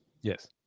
Yes